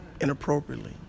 inappropriately